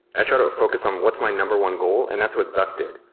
i try to focus on what's my number one goal and that's what zuck did,